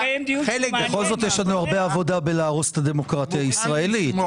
בכל זאת יש הרבה עבודה בלהרוס את הדמוקרטיה הישראלית.